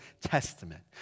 Testament